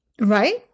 Right